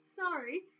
sorry